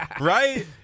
Right